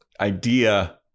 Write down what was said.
idea